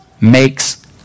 makes